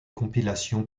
compilation